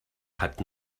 hat